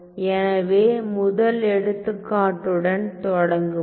எனவே முதல் எடுத்துக்காட்டுடன் தொடங்குவோம்